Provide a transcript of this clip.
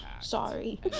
sorry